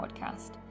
Podcast